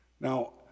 Now